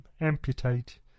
amputate